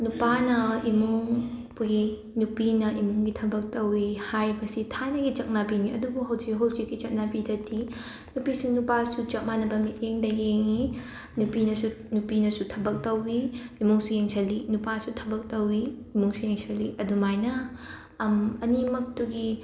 ꯅꯨꯄꯥꯅ ꯏꯃꯨꯡ ꯄꯨꯏ ꯅꯨꯄꯤꯅ ꯏꯃꯨꯡꯒꯤ ꯊꯕꯛ ꯇꯧꯋꯤ ꯍꯥꯏꯔꯤꯕꯁꯤ ꯊꯥꯏꯅꯒꯤ ꯆꯠꯅꯕꯤꯅꯤ ꯑꯗꯨꯕꯨ ꯍꯧꯖꯤꯛ ꯍꯧꯖꯤꯛ ꯆꯠꯅꯕꯤꯗꯗꯤ ꯅꯨꯄꯤ ꯅꯨꯄꯥꯁꯨ ꯆꯞ ꯃꯥꯟꯅꯕ ꯃꯤꯠꯌꯦꯡꯗ ꯌꯦꯡꯏ ꯅꯨꯄꯤꯅꯁꯨ ꯅꯨꯄꯤꯅꯁꯨ ꯊꯕꯛ ꯇꯧꯋꯤ ꯏꯃꯨꯡꯁꯨ ꯌꯦꯡꯁꯜꯂꯤ ꯅꯨꯄꯥꯁꯨ ꯊꯕꯛ ꯇꯧꯋꯤ ꯏꯃꯨꯡꯁꯨ ꯌꯦꯡꯁꯜꯂꯤ ꯑꯗꯨꯃꯥꯏꯅ ꯑꯅꯤꯃꯛꯇꯨꯒꯤ